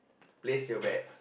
place your bets